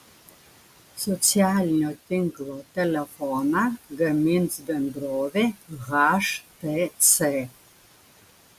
socialinio tinklo telefoną gamins bendrovė htc